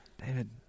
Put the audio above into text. David